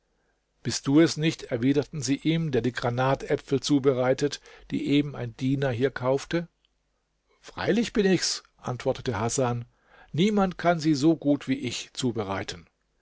bist du es nicht erwiderten sie ihm der die granatäpfel zubereitet die eben ein diener hier kaufte freilich bin ich's antwortete hasan niemand kann sie so gut wie ich zubereiten